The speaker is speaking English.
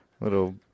Little